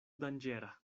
danĝera